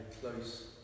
close